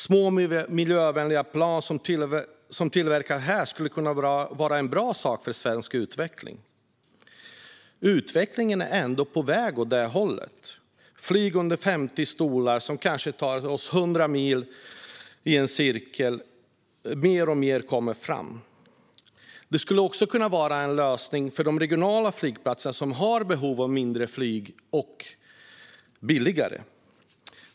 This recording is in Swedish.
Små, miljövänliga plan som tillverkas här skulle vara en bra sak för svensk utveckling. Utvecklingen är ändå på väg åt det hållet. Det handlar om flyg med under 50 stolar som kanske kan ta oss 100 mil. Mer och mer kommer fram. Det skulle också kunna vara en lösning för de regionala flygplatser som har behov av mindre och billigare flyg.